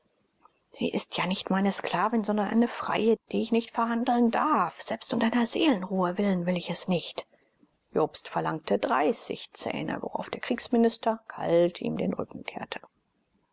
sie ist ja nicht meine sklavin sondern eine freie die ich nicht verhandeln darf selbst um deiner seelenruhe willen darf ich es nicht jobst verlangte dreißig zähne worauf der kriegsminister kalt ihm den rücken kehrte